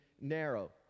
narrow